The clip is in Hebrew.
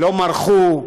לא מרחו,